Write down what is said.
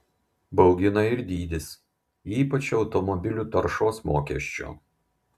baugina ir dydis ypač automobilių taršos mokesčio